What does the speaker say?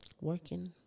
working